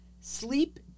Sleep